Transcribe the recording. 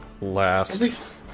Last